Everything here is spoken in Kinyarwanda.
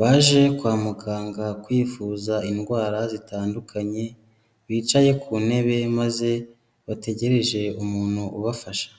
baje kwa muganga kwivuza indwara zitandukanye, bicaye ku ntebe maze bategereje umuntu ubafasha.